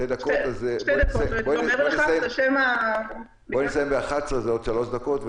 בואי ונסיים בשעה 11:00 שזה בעוד שלוש דקות,